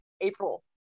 April